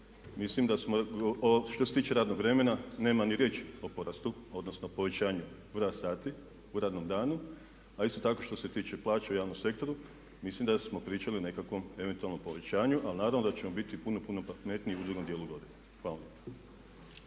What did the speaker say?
slučaju i mi. Što se tiče radnog vremena nema ni riječi o porastu odnosno povećanju broja sati u radnom danu. A isto tako što se tiče plaća u javnom sektoru mislim da smo pričali o nekakvom eventualnom povećanju ali naravno da ćemo biti puno pametniji u drugom dijelu godine. Hvala.